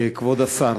כבוד השר,